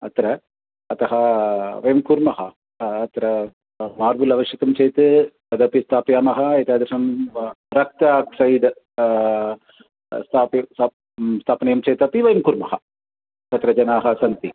अत्र अतः वयं कुर्मः अत्र मार्बल् आवश्यकं चेत् तदपि स्थापयामः एतादृशं रक्ताक्सैड् स्थाप स्त स्थापनीयं चेतपि वयं कुर्मः तत्र जनाः सन्ति